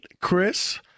Chris